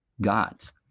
gods